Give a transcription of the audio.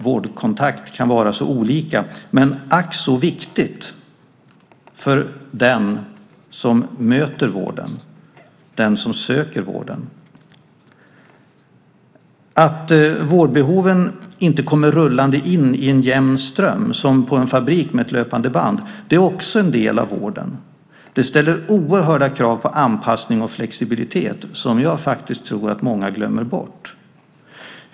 Vårdkontakt kan vara så olika men ack så viktig för den som möter vården, den som söker vården. Att vårdbehoven inte kommer rullande in i en jämn ström, som på en fabrik med ett löpande band, är också en del av vården. Det ställer oerhörda krav på anpassning och flexibilitet, som jag faktiskt tror att många glömmer bort.